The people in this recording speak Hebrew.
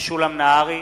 משולם נהרי,